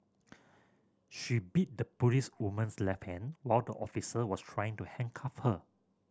she bit the policewoman's left hand while the officer was trying to handcuff her